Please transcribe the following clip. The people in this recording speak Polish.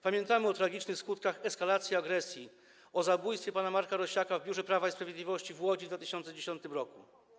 Pamiętamy o tragicznej w skutkach eskalacji agresji, o zabójstwie pana Marka Rosiaka w biurze Prawa i Sprawiedliwości w Łodzi w 2010 r.